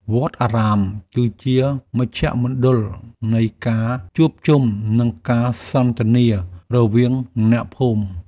វត្តអារាមគឺជាមជ្ឈមណ្ឌលនៃការជួបជុំ និងការសន្ទនារវាងអ្នកភូមិ។